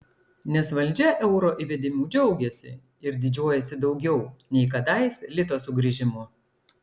nes valdžia euro įvedimu džiaugiasi ir didžiuojasi daugiau nei kadais lito sugrįžimu